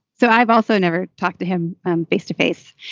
so i've also never talked to him um face to face.